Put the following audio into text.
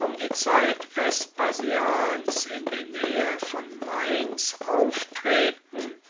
um die zeit vespasians in der nähe von mainz auftreten